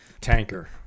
Tanker